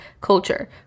culture